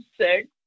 six